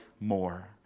more